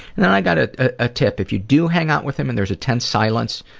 and and i've got a a tip. if you do hang out with him and there's a tense silence,